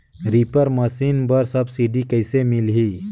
Reaper machine बर subsidy कइसे मिलही?